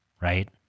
right